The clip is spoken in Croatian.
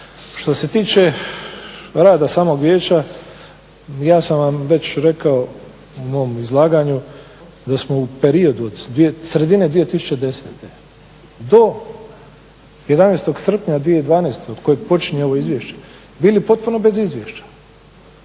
Što se tiče rada samog vijeća, ja sam vam već rekao u mom izlaganju da smo u periodu od sredine 2010. do 11. srpnja 2012. od kojeg počinje ovo izvješće, bili potpuno bez izvješća.